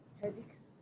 headaches